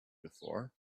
before